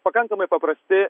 pakankamai paprasti